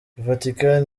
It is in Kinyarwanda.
vatican